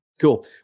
Cool